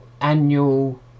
annual